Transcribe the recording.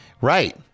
right